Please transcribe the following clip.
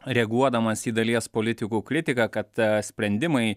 reaguodamas į dalies politikų kritiką kad sprendimai